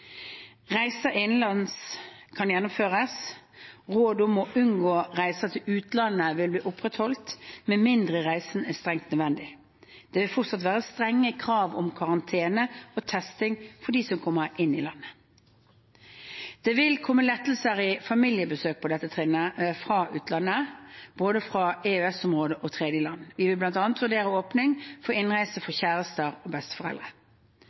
Reiser innenlands kan gjennomføres. Rådet om å unngå reiser til utlandet vil bli opprettholdt, med mindre reisen er strengt nødvendig. Det vil fortsatt være strenge krav om karantene og testing for dem som kommer inn i landet. Det vil komme lettelser for familiebesøk fra utlandet, både fra EØS-området og tredjeland. Vi vil bl.a. vurdere åpning for innreise for kjærester og